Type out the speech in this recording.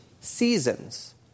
seasons